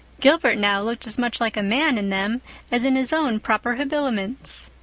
gilbert, now, looked as much like a man in them as in his own proper habiliments.